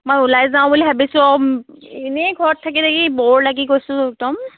মই ওলাই যাওঁ বুলি ভাবিছোঁ এনেই ঘৰত থাকি থাকি ব'ৰ লাগি গৈছোঁ একদম